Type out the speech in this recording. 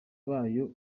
bayo